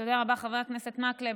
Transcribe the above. תודה רבה, חבר הכנסת מקלב.